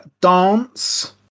dance